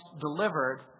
delivered